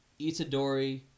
Itadori